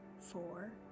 Four